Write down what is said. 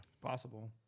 Possible